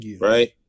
right